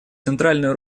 центральную